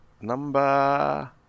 number